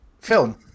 Film